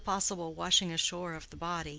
and the possible washing ashore of the body,